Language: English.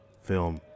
film